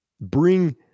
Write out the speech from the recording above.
bring